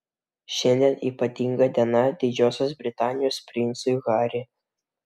šiandien ypatinga diena didžiosios britanijos princui harry